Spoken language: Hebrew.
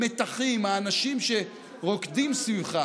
המתחים, האנשים שרוקדים סביבך